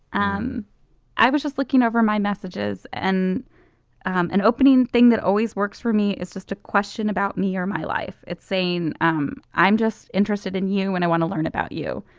um i was just looking over my messages and an opening thing that always works for me is just a question about me or my life. it's saying um i'm just interested in you when i want to learn about you.